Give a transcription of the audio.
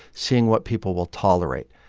seeing what people will tolerate.